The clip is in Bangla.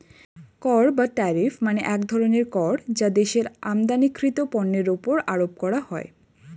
কর বা ট্যারিফ মানে এক ধরনের কর যা দেশের আমদানিকৃত পণ্যের উপর আরোপ করা হয়